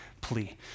plea